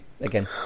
again